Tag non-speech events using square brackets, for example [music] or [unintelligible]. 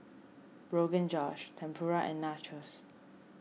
[unintelligible] Josh Tempura and Nachos